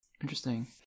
Interesting